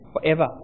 forever